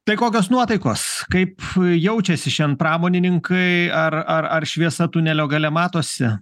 tai kokios nuotaikos kaip jaučiasi šian pramonininkai ar ar ar šviesa tunelio gale matosi